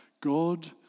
God